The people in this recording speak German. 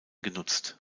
genutzt